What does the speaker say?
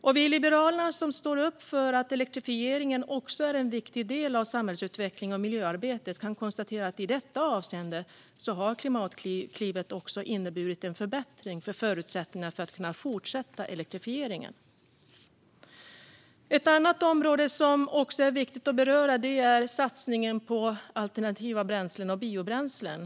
Vi i Liberalerna står upp för att elektrifiering är en viktig del av samhällsutvecklingen och miljöarbetet. Vi kan konstatera att i detta avseende har Klimatklivet inneburit en förbättring för förutsättningarna för att kunna fortsätta elektrifieringen. Ett annat område som är viktigt att beröra är satsningen på alternativa bränslen och biobränslen.